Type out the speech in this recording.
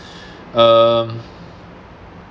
um